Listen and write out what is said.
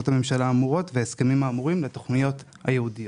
הממשלה האמורות וההסכמים האמורים לתכניות הייעודיות.